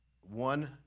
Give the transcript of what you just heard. one